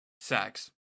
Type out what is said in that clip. sex